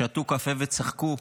שתו קפה וצחקו,